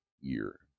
year